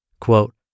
Quote